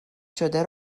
شده